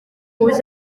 bust